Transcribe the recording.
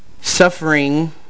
suffering